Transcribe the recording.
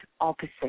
opposite